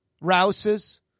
Rouse's